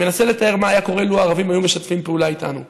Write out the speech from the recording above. אני מנסה לתאר מה היה קורה לו הערבים היו משתפים פעולה איתנו.